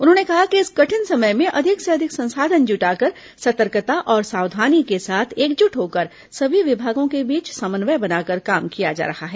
उन्होंने कहा कि इस कठिन समय में अधिक से अधिक संसाधन जुटाकर सतर्कता और सावधानी के साथ एकजुट होकर सभी विभागों के बीच समन्वय बनाकर काम किया जा रहा है